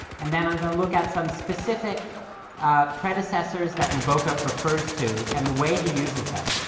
and then i'm going to look at some specific predecessors that nabokov refers to, and the way he uses them.